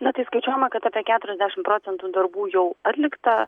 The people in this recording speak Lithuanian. na tai skaičiuojama kad apie keturiasdešim procentų darbų jau atlikta